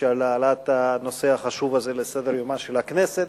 על העלאת הנושא החשוב הזה לסדר-יומה של הכנסת,